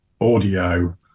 audio